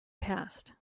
past